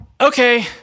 okay